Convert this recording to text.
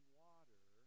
water